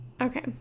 Okay